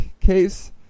case